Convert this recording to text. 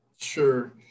Sure